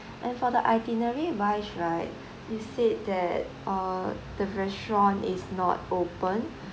and for the itinerary wise right you said that uh the restaurant is not open